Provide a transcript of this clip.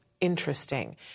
interesting